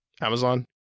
Amazon